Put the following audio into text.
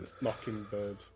Mockingbird